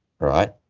right